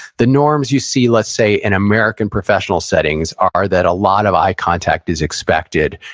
the norms you see, let's say, in american professional settings, are that, a lot of eye contact is expected.